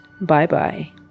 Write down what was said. bye-bye